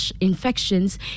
infections